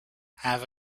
have